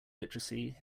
literacy